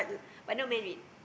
but no marriage